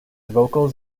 vocals